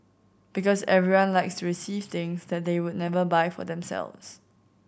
because everyone likes to receive things that they would never buy for themselves